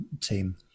team